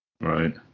Right